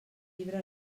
llibre